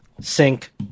sync